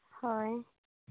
ᱦᱳᱭ